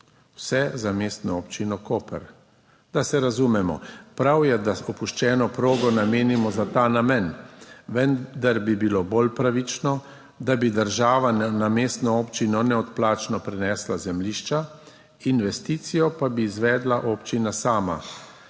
Vse za Mestno občino Koper. Da se razumemo, prav je, da opuščeno progo namenimo za ta namen, vendar bi bilo bolj pravično, da bi država na mestno občino neodplačno prenesla zemljišča, investicijo pa bi izvedla občina sama,